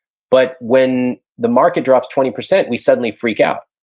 but when the market drops twenty percent, we suddenly freak out.